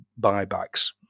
buybacks